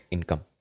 Income